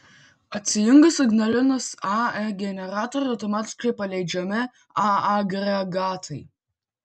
atsijungus ignalinos ae generatoriui automatiškai paleidžiami a agregatai